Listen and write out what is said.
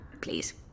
Please